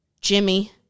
Jimmy